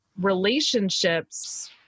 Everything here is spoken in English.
relationships